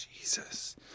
Jesus